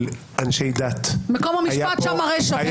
אנשי דת --- מקום המשפט שמה הרשע.